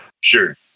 sure